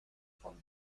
from